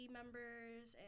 members